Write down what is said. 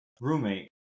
roommate